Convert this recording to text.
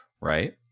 Right